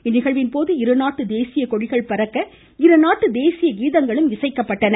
இந்நிகழ்வின்போது இருநாட்டு தேசிய கொடிகள் பறக்க தேசிய கீதங்கள் இசைக்கப்பட்டன